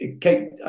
Kate